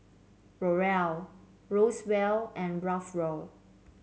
Laurel Roswell and Raphael